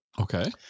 Okay